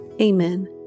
amen